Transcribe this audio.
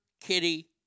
Kitty